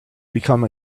become